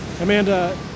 Amanda